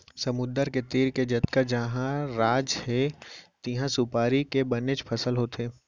समुद्दर के तीर के जतका राज हे तिहॉं सुपारी के बनेच फसल होथे